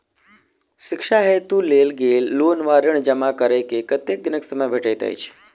शिक्षा हेतु लेल गेल लोन वा ऋण जमा करै केँ कतेक दिनक समय भेटैत अछि?